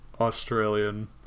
Australian